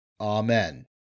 Amen